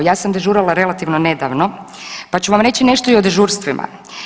Ja sam dežurala relativno nedavno, pa ću vam reći nešto i o dežurstvima.